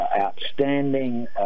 outstanding